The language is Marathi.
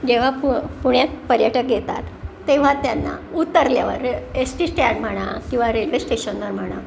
जेव्हा पु पुण्यात पर्यटक येतात तेव्हा त्यांना उतरल्यावर एस टी स्टँड म्हणा किंवा रेल्वे स्टेशनवर म्हणा